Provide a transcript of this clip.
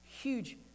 huge